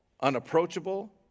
unapproachable